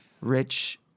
rich